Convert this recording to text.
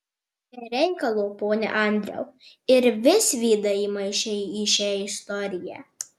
be reikalo pone andriau ir visvydą įmaišei į šią istoriją